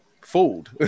fooled